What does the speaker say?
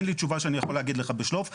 אין לי תשובה שאני יכול להגיד לך בשלוף.